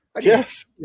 Yes